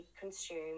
consume